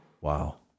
Wow